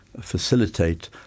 facilitate